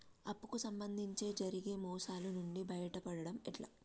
అప్పు కు సంబంధించి జరిగే మోసాలు నుండి బయటపడడం ఎట్లా?